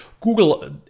Google